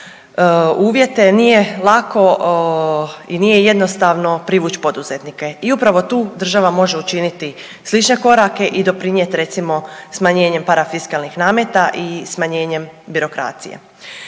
uvjete nije lako i nije jednostavno privući poduzetnike i upravo tu država može učiniti slične korake i doprinijeti recimo smanjenjem parafiskalnih nameta i smanjenjem birokracije.